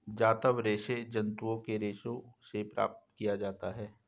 जांतव रेशे जंतुओं के रेशों से प्राप्त किया जाता है